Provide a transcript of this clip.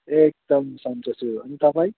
एकदम सन्चो छु अनि तपाईँ